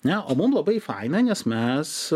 ne o mum labai faina nes mes